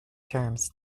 terms